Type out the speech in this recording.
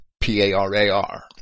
P-A-R-A-R